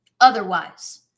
otherwise